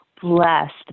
blessed